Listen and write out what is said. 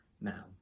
now